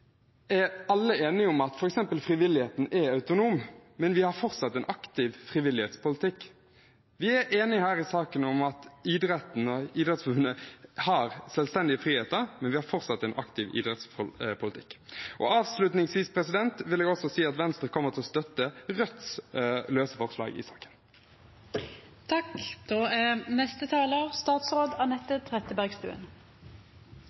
har fortsatt en aktiv frivillighetspolitikk. Vi er i saken enige om at idretten og Idrettsforbundet har selvstendige friheter, men vi har fortsatt en aktiv i idrettspolitikk. Avslutningsvis vil jeg også si at Venstre kommer til å støtte Rødts løse forslag i saken. Spiseforstyrrelser er